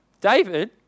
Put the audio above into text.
David